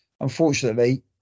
Unfortunately